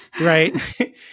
Right